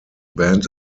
band